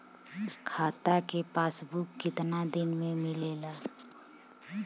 खाता के पासबुक कितना दिन में मिलेला?